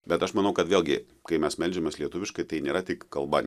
bet aš manau kad vėlgi kai mes meldžiamės lietuviškai tai nėra tik kalba